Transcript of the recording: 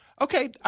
Okay